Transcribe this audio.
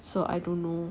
so I don't know